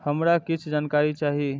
हमरा कीछ जानकारी चाही